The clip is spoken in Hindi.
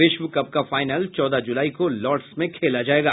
विश्व कप का फाइनल चौदह जुलाई को लॉडर्स में खेला जायेगा